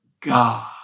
God